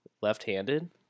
left-handed